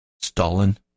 Stalin